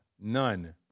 none